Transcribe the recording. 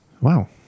Wow